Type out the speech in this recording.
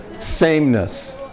sameness